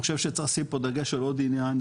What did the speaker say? אני חושב שצריך לשים פה דגש על עוד עניין,